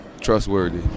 Trustworthy